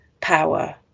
power